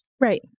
Right